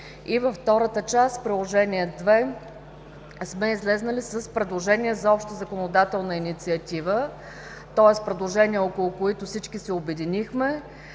Втората част – Приложение № 2, сме излезли с предложение за обща законодателна инициатива, тоест предложения, около които всички се обединихме,